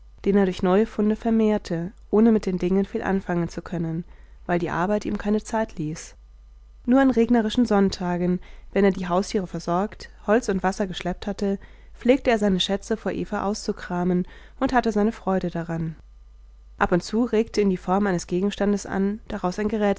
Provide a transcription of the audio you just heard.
den er durch neue funde vermehrte ohne mit den dingen viel anfangen zu können weil die arbeit ihm keine zeit ließ nur an regnerischen sonntagen wenn er die haustiere versorgt holz und wasser geschleppt hatte pflegte er seine schätze vor eva auszukramen und hatte seine freude daran ab und zu regte ihn die form eines gegenstandes an daraus